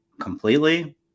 completely